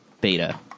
beta